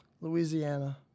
Louisiana